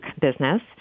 business